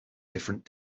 different